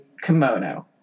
kimono